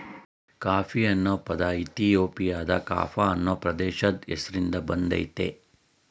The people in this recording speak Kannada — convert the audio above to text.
ಕಾಫಿ ಅನ್ನೊ ಪದ ಇಥಿಯೋಪಿಯಾದ ಕಾಫ ಅನ್ನೊ ಪ್ರದೇಶದ್ ಹೆಸ್ರಿನ್ದ ಬಂದಯ್ತೆ